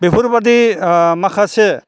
बेफोरबायदि माखासे